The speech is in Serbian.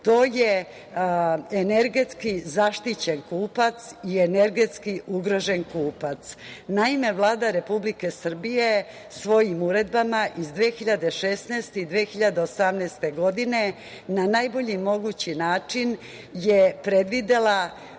jeste energetski zaštićen kupac i energetski ugrožen kupac. Naime, Vlada Republike Srbije svojim uredbama iz 2016. i 2018. godine na najbolji mogući način je predvidela